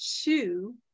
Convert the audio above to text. two